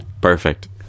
Perfect